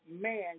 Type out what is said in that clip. man